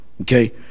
Okay